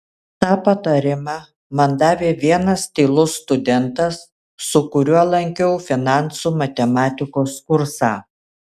tą patarimą man davė vienas tylus studentas su kuriuo lankiau finansų matematikos kursą